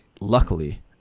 luckily